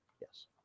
yes